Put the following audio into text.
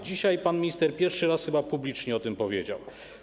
Dzisiaj pan minister pierwszy raz chyba publicznie o tym powiedział.